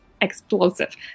explosive